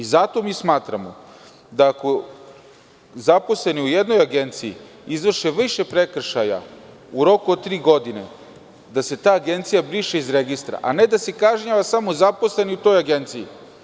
Zato mi smatramo, da zaposleni u jednoj agenciji izvrše više prekršaja u roku od tri godine, da se ta agencija briše iz registra, a ne da se kažnjava samo zaposleni u toj agenciji.